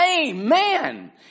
amen